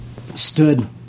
stood